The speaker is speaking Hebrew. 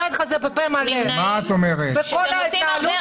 המובאת בה,